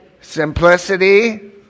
Simplicity